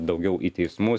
daugiau į teismus